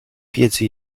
wiedzy